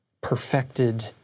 perfected